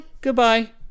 Goodbye